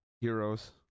Heroes